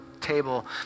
table